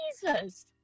jesus